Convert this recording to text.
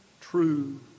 true